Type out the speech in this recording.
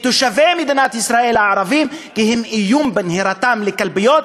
תושבי מדינת ישראל הערבים כי הם איום בנהירתם לקלפיות.